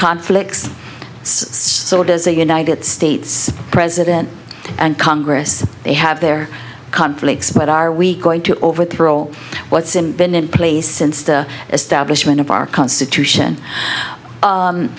conflicts sort as a united states president and congress they have their conflicts but are we going to overthrow all what's in been in place since the establishment of our constitution